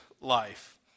life